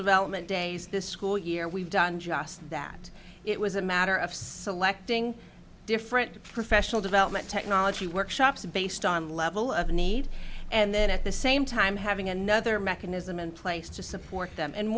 development days this school year we've done just that it was a matter of selecting different professional development technology workshops based on level of need and then at the same time having another mechanism in place to support them and